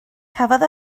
cafodd